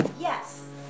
Yes